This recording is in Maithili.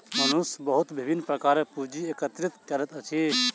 मनुष्य बहुत विभिन्न प्रकारक पूंजी एकत्रित करैत अछि